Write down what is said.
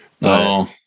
No